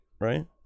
right